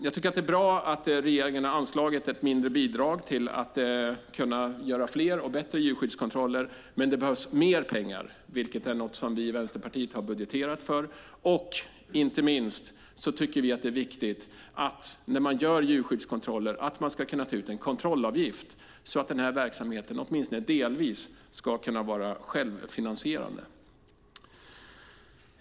Jag tycker att det är bra att regeringen har anslagit ett mindre bidrag för att man ska kunna göra fler och bättre djurskyddskontroller, men det behövs mer pengar, vilket är något som vi i Vänsterpartiet har budgeterat för. Inte minst tycker vi att det är viktigt att man, när man gör djurskyddskontroller, ska kunna ta ut en kontrollavgift, så att den här verksamheten åtminstone delvis kan vara självfinansierande.